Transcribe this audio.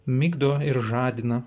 migdo ir žadina